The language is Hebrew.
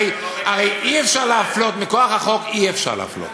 הרי אי-אפשר להפלות, מכוח החוק אי-אפשר להפלות,